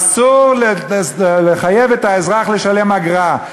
אסור לחייב את האזרח לשלם אגרה.